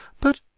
But